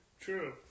True